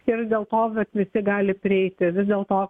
ir dėl to vat visi gali prieiti vis dėlto